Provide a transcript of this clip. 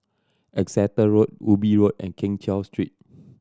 Exeter Road Ubi Road and Keng Cheow Street